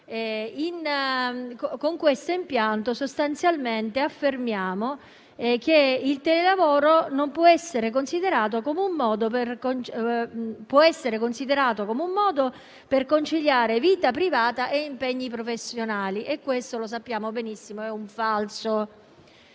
Con questo impianto sostanzialmente affermiamo che il telelavoro può essere considerato come un modo per conciliare vita privata e impegni professionali: questo - lo sappiamo benissimo - è un falso,